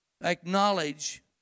acknowledge